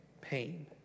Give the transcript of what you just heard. pain